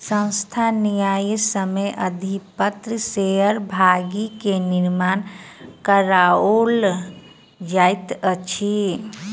संस्थान न्यायसम्य अधिपत्र शेयर भागी के निर्गत कराओल जाइत अछि